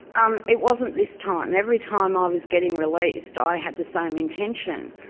um it wasn't this time. every time i was getting released, i had the same intention.